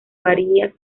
varias